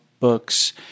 books